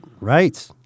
right